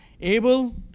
able